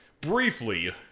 briefly